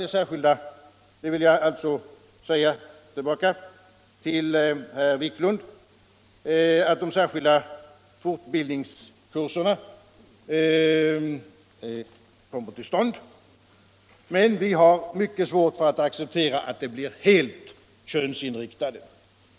Nr 134 herr Wiklund — ingenting att erinra mot att de särskilda fortbildnings Fredagen den kurserna kommer till stånd. Men vi har mycket svårt att acceptera att 21 maj 1976 kurserna blir helt könsinriktade.